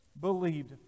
believed